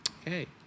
Okay